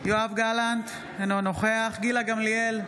יואב גלנט, אינו נוכח גילה גמליאל,